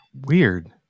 weird